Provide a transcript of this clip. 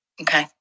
Okay